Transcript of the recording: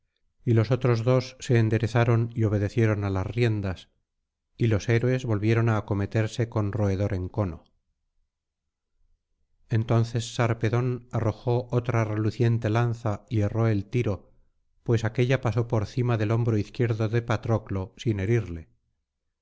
y los otros dos se enderezaron y obedecieron á las riendas y los héroes volvieron á acometerse con roedor encono entonces sarpedón arrojó otra reluciente lanza y erró el tiro pues aquélla pasó por cima del hombro izquierdo de patroclo sin herirle